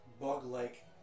bug-like